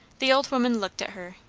the old woman looked at her,